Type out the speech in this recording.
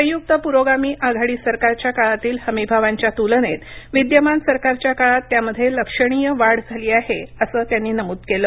संयुक्त पुरोगामी आघाडी सरकारच्या काळातील हमीभावांच्या तुलनेत विद्यमान सरकारच्या काळात त्यामध्ये लक्षणीय वाढ झाली आहे असं त्यांनी नमूद केलं